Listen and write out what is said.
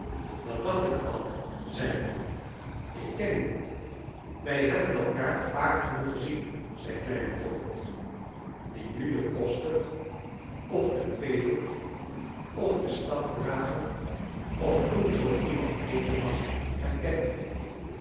dat dacht ik al zei de man ik ken u wij hebben elkaar vaak genoeg gczien zei kleine dorrit die nu den koster of den pedel of den stafdrager of hoe zoo iemand heeten mag herkende